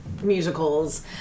musicals